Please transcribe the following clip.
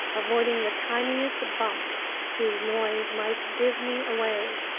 avoiding the tiniest bump whose noise might give me away.